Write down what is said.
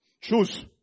Choose